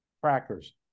crackers